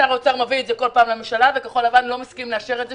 שר האוצר מביא את זה כל פעם לממשלה וכחול לבן לא מסכימים לאשר את זה,